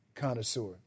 Connoisseur